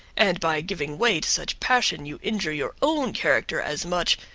and by giving way to such passion you injure your own character as much,